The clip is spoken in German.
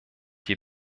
die